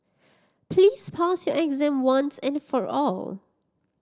please pass your exam once and for all